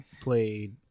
played